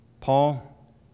Paul